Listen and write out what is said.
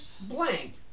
Blank